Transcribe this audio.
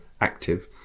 active